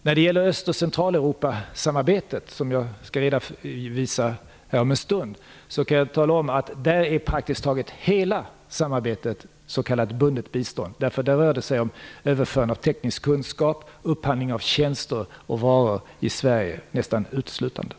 När det gäller Öst och Centraleuropasamarbetet, som jag skall redovisa om en stund, är praktiskt taget hela samarbetet s.k. bundet bistånd - där rör det sig om överförande av teknisk kunskap och nästan uteslutande om upphandling i Sverige av varor och tjänster.